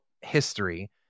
history